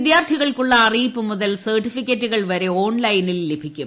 വിദ്യാർത്ഥികൾക്കുള്ള അറിയിപ്പു മുതൽ സർട്ടിഫിക്കറ്റുകൾ വരെ ഓൺലൈനിൽ ലഭിക്കും